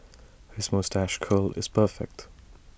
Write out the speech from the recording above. his moustache curl is perfect